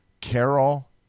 Carol